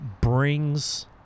brings